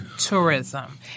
tourism